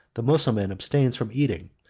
the mussulman abstains from eating,